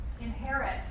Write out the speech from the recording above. inherit